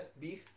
beef